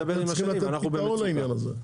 אתם צריכים לתת פתרון לעניין הזה.